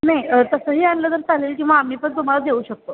नाही तसंही आलं तर चालेल किंवा आम्ही पण तुम्हाला देऊ शकतो